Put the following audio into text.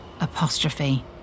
apostrophe